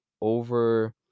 over